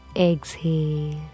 Exhale